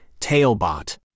Tailbot